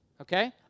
okay